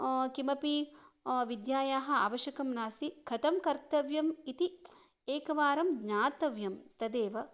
किमपि विद्यायाः आवश्यकं नास्ति कथं कर्तव्यम् इति एकवारं ज्ञातव्यं तदेव